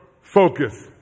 Focus